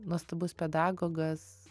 nuostabus pedagogas